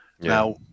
Now